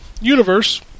Universe